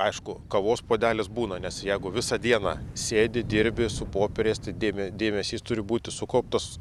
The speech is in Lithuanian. aišku kavos puodelis būna nes jeigu visą dieną sėdi dirbi su popieriais tai dėme dėmesys turi būti sukauptas